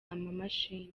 amamashini